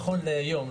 נכון להיום,